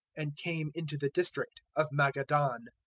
and came into the district of magadan.